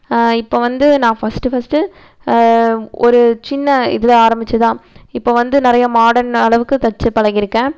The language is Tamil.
இப்போ வந்து நான் ஃபஸ்ட்டு ஃபஸ்ட்டு ஒரு சின்ன இதில் ஆரம்மிச்சி தான் இப்போ வந்து நிறையா மாடன் அளவுக்கு தச்சுப் பழகியிருக்கேன்